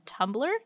tumblr